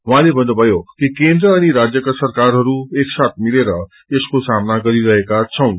उहाँले भन्नुभयो कि केन्द्र अनि राज्यका सराकारहरू एकसागि मिलेर यसको सामना गरिरहेका छौं